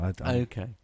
Okay